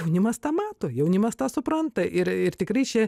jaunimas tą mato jaunimas tą supranta ir ir tikrai čia